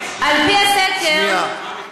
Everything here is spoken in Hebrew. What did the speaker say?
על-פי הסקר, שנייה.